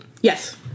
Yes